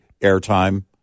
airtime